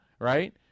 right